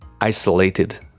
isolated